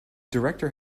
director